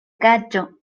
kaĝo